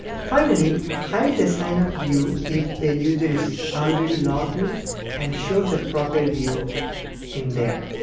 finally, hide the signup view if a user is already logged in and show the profile view in there.